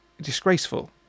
disgraceful